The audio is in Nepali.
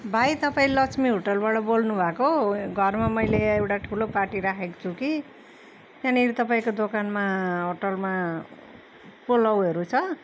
भाइ तपाईँ लक्ष्मी होटलबाट बोल्नुभएको हो घरमा मैले एउटा ठुलो पार्टी राखेको छु कि त्यहाँनिर तपाईँको दोकानमा होटलमा पोलावहरू छ